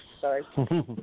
Sorry